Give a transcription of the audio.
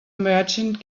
merchant